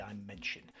dimension